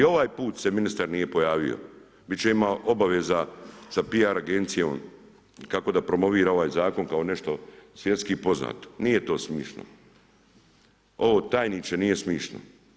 I ovaj put se ministar nije pojavio, bit će ima obaveza sa PR agencijom kako da promovira ovaj zakon kao nešto svjetski poznato, nije to smiješno, ovo tajniče nije smiješno.